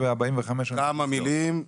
כמה מילים,